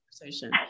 conversation